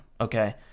okay